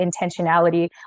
intentionality